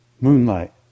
Moonlight